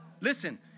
Listen